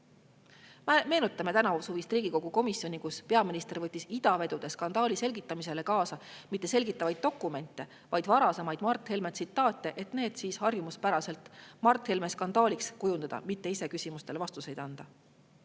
tõsta. Meenutame tänavusuvist Riigikogu komisjoni [istungit], kuhu peaminister [ei võtnud] idavedude skandaali selgitamiseks kaasa mitte selgitavaid dokumente, vaid varasemaid Mart Helme tsitaate, et need siis harjumuspäraselt Mart Helme skandaaliks kujundada, mitte ise küsimustele vastuseid anda.